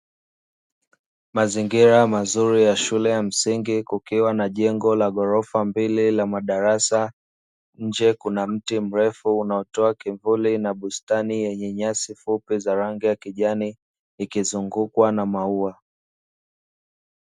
Mazingira mazuri ya shule ya msingi kukiwa na jengo ya ghorofa mbili la darasa, nje kuna mti mrefu unaotoa kivuli na bustani yenye nyasi fupi za rangi ya kijani ikizungukwa na maua.